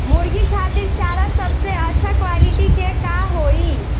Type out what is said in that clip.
मुर्गी खातिर चारा सबसे अच्छा क्वालिटी के का होई?